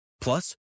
plus